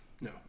No